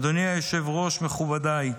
אדוני היושב-ראש, מכובדיי,